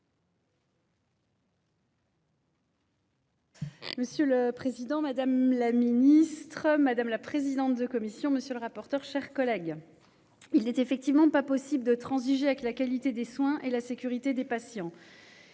Monsieur le président, madame la ministre, madame la présidente de commission. Monsieur le rapporteur, chers collègues. Il n'est effectivement pas possible de transiger avec la qualité des soins et la sécurité des patients.